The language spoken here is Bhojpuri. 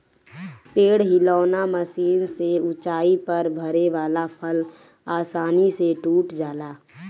पेड़ हिलौना मशीन से ऊंचाई पर फरे वाला फल आसानी से टूट जाला